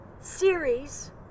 series